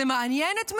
זה מעניין את מישהו?